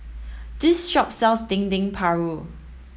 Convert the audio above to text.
this shop sells Dendeng Paru